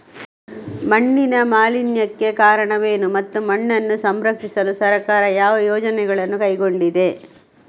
ಮಣ್ಣಿನ ಮಾಲಿನ್ಯಕ್ಕೆ ಕಾರಣವೇನು ಮತ್ತು ಮಣ್ಣನ್ನು ಸಂರಕ್ಷಿಸಲು ಸರ್ಕಾರ ಯಾವ ಯೋಜನೆಗಳನ್ನು ಕೈಗೊಂಡಿದೆ?